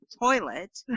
toilet